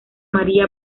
maría